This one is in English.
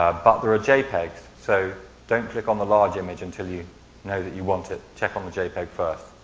ah but there are jpegs, so don't click on the large image until you know that you want it. check on the jpeg first.